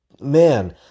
man